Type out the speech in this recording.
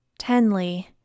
Tenley